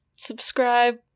subscribe